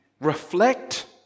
reflect